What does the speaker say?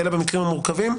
אלא במקרים המורכבים.